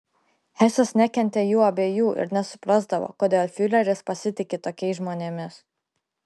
hesas nekentė jų abiejų ir nesuprasdavo kodėl fiureris pasitiki tokiais žmonėmis